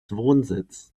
wohnsitz